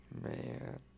Man